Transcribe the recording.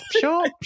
sure